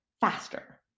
faster